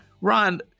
Ron